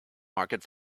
market